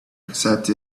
accept